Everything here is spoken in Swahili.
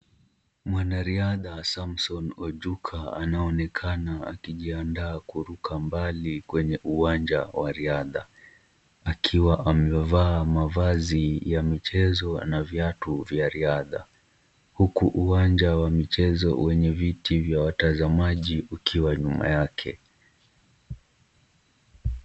Mwanariadha Samson Ojuka anaonekana akijiandaa kuruka mbali, kwenye uwanja wa riadha, akiwa amevaa mavazi ya michezo na viatu vya riadha, huku uwanja wa michezo wenye viti vya watazamaji ukiwa nyuma yake.